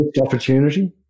opportunity